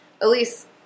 Elise